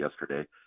yesterday